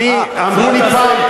אמרו לי פעם: